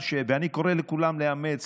45 חברי כנסת בעד, 58 חברי כנסת נגד.